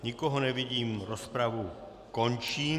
Nikoho nevidím, rozpravu končím.